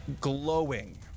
glowing